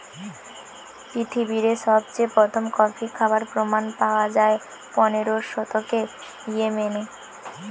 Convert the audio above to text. পৃথিবীরে সবচেয়ে প্রথম কফি খাবার প্রমাণ পায়া যায় পনেরোর শতকে ইয়েমেনে